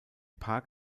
park